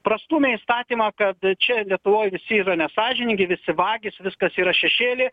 prastūmė įstatymą kad čia lietuvoj visi yra nesąžiningi visi vagys viskas yra šešėly